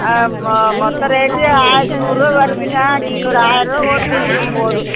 ஆ மொத்த ரேட்டும் ஆயிரத்து நூறுரூவா வருதுங்க நீங்கள் ஒரு ஆயிருவா போட்டுகொடுத்துருங்க போதும்